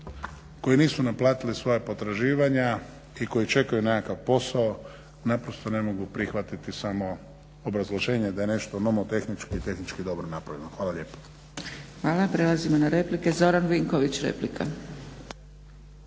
koji nisu naplatili svoja potraživanja i koji čekaju nekakav posao naprosto ne mogu prihvatiti samo obrazloženje da je nešto nomotehnički i tehnički dobro napravljeno. Hvala lijepa. **Zgrebec, Dragica (SDP)** Hvala. Prelazimo na replike. Zoran Vinković, replika.